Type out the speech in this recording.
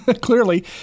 Clearly